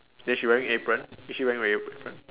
then she wearing apron is she wearing a apron